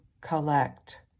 collect